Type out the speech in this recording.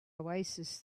oasis